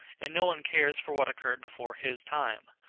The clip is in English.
and no one cares for what occurred before his time.